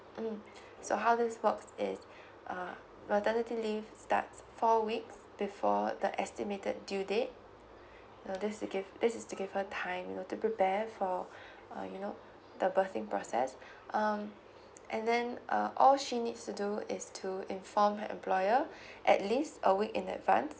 mm so how this works is uh maternity leave starts four weeks before for the estimated due date uh this to give this is to give her time you know to prepare for err you know the birthing process um and then uh all she needs to do is to inform her employer at least a week in advance